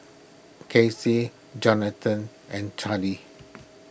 Casey Johnathan and Charle